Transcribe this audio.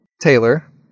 taylor